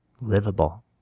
livable